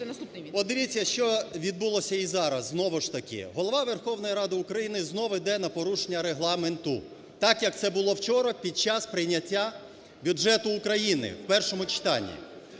От дивіться, що відбулося і зараз. Знову ж таки Голова Верховної Ради України знову іде на порушення Регламенту, так як це було вчора під час прийняття бюджету України у першому читанні.